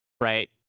right